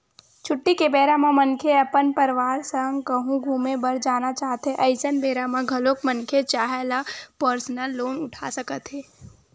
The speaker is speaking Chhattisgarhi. छुट्टी के बेरा म मनखे अपन परवार संग कहूँ घूमे बर जाना चाहथें अइसन बेरा म घलोक मनखे चाहय त परसनल लोन उठा सकत हे